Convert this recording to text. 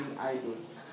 idols